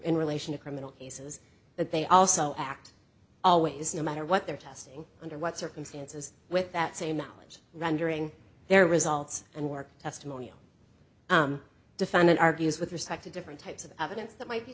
in relation to criminal cases but they also act always no matter what their testing under what circumstances with that same alledge rendering their results and work testimonial defendant argues with respect to different types of evidence that might be